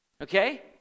Okay